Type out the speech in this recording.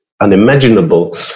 unimaginable